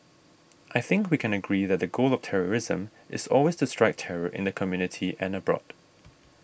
I think we can agree that the goal of terrorism is always to strike terror in the community and abroad